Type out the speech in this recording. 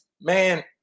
man